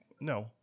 no